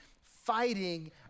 fighting